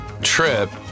Trip